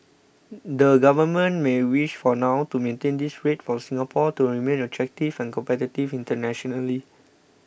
the government may wish for now to maintain this rate for Singapore to remain attractive and competitive internationally